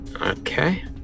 Okay